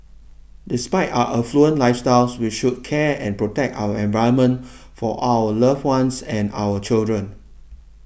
despite our affluent lifestyles we should care and protect our environment for our loved ones and our children